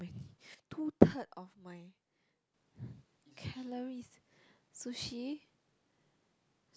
two third of my calories sushi